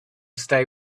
stay